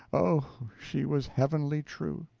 oh, she was heavenly true,